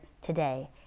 today